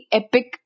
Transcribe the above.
epic